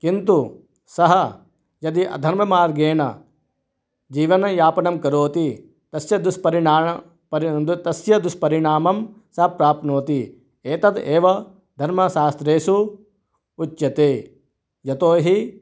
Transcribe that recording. किन्तु सः यदि अधर्ममार्गेण जीवनयापणं करोति तस्य दुष्परिणामः परि तस्य दुष्परिणामं सः प्राप्नोति एतद् एव धर्मशास्त्रेषु उच्यते यतो हि